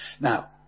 now